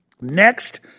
Next